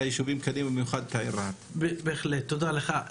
בהחלט, תודה לך.